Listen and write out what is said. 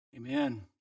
Amen